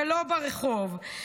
ולא ברחוב.